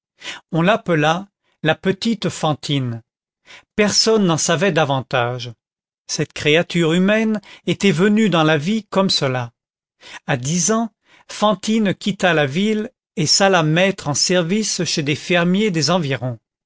on l'appela la petite fantine personne n'en savait davantage cette créature humaine était venue dans la vie comme cela à dix ans fantine quitta la ville et s'alla mettre en service chez des fermiers des environs